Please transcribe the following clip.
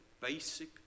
basic